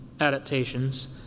adaptations